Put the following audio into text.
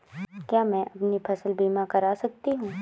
क्या मैं अपनी फसल बीमा करा सकती हूँ?